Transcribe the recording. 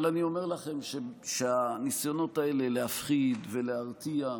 אבל אני אומר לכם שהניסיונות האלה להפחיד, להרתיע,